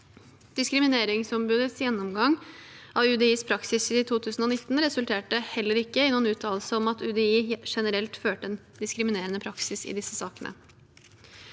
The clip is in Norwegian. Diskrimineringsombudets gjennomgang av UDIs praksis i 2019 resulterte heller ikke i noen uttalelse om at UDI generelt førte en diskriminerende praksis i disse sakene.